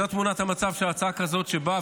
זו תמונת המצב: הצעה כזאת, שבאה